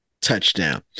touchdown